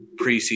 preseason